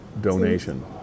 donation